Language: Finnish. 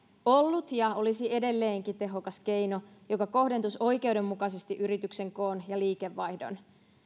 ollut ja olisi edelleenkin tehokas keino joka kohdentuisi oikeudenmukaisesti yrityksen koon ja liikevaihdon